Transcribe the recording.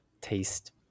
taste